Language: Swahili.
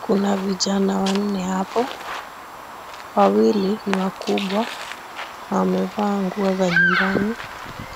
Kuna vijana wanne hapo. Wawili ni wakubwa na wamevaa nguo za nyumbani